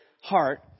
heart